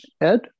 Ed